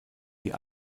die